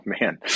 man